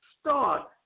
start